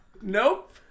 Nope